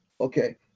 Okay